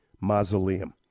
mausoleum